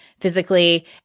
physically